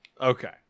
Okay